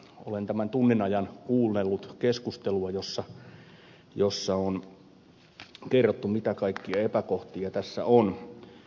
olen tämän tunnin ajan kuunnellut keskustelua jossa on kerrottu mitä kaikkia epäkohtia tässä on